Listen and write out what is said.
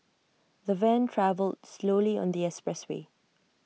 the van travelled slowly on the expressway